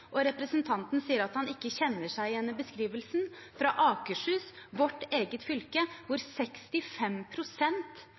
her. Representanten sier at han ikke kjenner seg igjen i beskrivelsen fra Akershus, vårt eget fylke, hvor